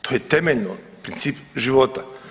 To je temeljno princip života.